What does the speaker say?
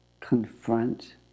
confront